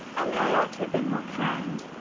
only i ought to have been more kind.